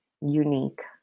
unique